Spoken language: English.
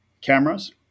cameras